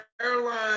airline